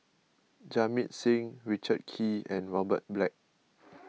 Jamit Singh Richard Kee and Robert Black